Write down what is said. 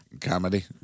Comedy